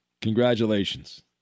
congratulations